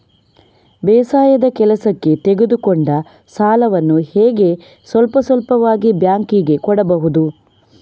ಬೇಸಾಯದ ಕೆಲಸಕ್ಕೆ ತೆಗೆದುಕೊಂಡ ಸಾಲವನ್ನು ಹೇಗೆ ಸ್ವಲ್ಪ ಸ್ವಲ್ಪವಾಗಿ ಬ್ಯಾಂಕ್ ಗೆ ಕೊಡಬಹುದು?